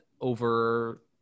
over